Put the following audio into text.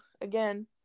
again